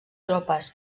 tropes